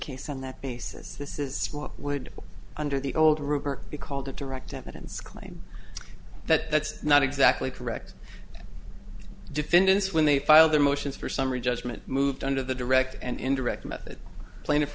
case on that basis this is what would under the old rupert be called a direct evidence claim that that's not exactly correct defendants when they filed their motions for summary judgment moved under the direct and indirect method plaintiff